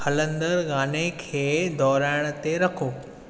हलंदड़ गाने खे दोहिराइण ते रखो